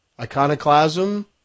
iconoclasm